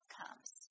comes